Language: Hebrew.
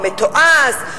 המתועש,